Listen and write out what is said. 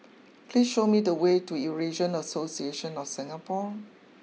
please show me the way to Eurasian Association of Singapore